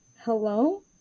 hello